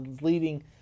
leading